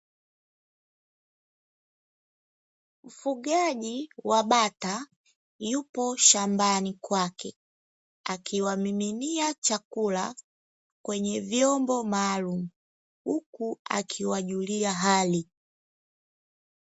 Mfugaji wa bata yupo shambani kwake akiwamiminia chakula kwenye vyombo maalumu huku akiwajulia hali.